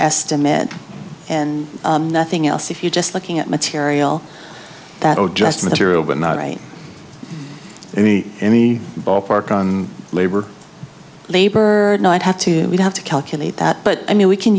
estimate and nothing else if you're just looking at material that or just material but not right i mean any ballpark on labor labor not have to we have to calculate that but i mean we can